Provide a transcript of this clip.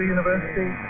University